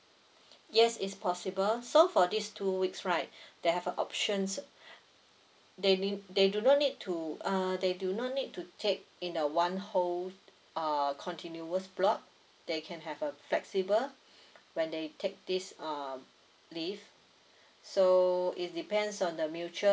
yes is possible so for these two weeks right they have a options di~ they they do not need to uh they do not need to take in a one whole err continuous block they can have a flexible when they take this um leave so it's depends on the mutual